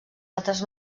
altres